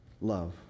love